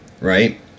right